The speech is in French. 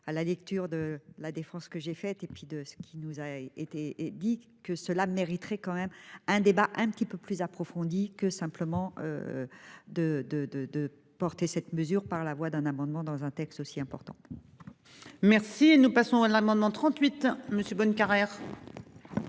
À la lecture de la Défense que j'ai fait et puis de ce qui nous a été et dit que cela mériterait quand même un débat un petit peu plus approfondie que simplement. De de de de porter cette mesure par la voie d'un amendement dans un texte aussi important. Merci. Nous passons à l'amendement 38 monsieur Bonnecarrère.